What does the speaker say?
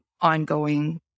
ongoing